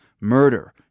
murder